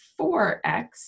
4X